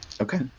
okay